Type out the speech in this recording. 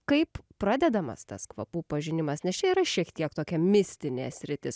kaip pradedamas tas kvapų pažinimas nes čia yra šiek tiek tokia mistinė sritis